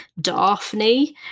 Daphne